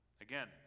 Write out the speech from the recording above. Again